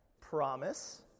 promise